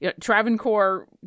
Travancore